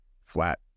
flat